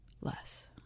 less